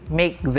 make